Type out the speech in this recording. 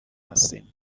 هستیم